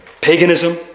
paganism